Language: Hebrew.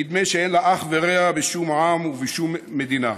נדמה שאין לה אח ורע בשום עם ובשום מדינה.